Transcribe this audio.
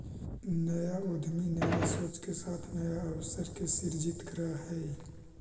नया उद्यमी नया सोच के साथ नया अवसर के सृजित करऽ हई